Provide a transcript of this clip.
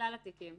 כלל התיקים